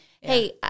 hey